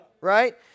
right